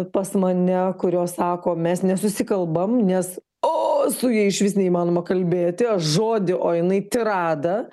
pas mane kurios sako mes nesusikalbam nes o su ja išvis neįmanoma kalbėti aš žodį o jinai tiradą